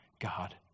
God